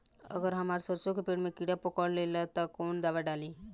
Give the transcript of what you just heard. अगर हमार सरसो के पेड़ में किड़ा पकड़ ले ता तऽ कवन दावा डालि?